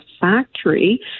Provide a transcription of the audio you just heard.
factory